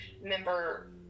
member